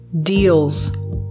deals